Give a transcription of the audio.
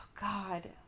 God